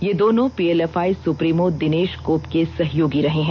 ये दोनों PLFI supremo Dinesh Gop के सहयोगी रहे हैं